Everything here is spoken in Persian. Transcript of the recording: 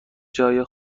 جای